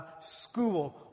school